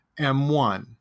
M1